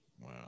Wow